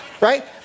right